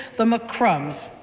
the mccrums,